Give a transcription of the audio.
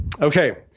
Okay